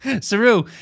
Saru